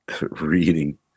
reading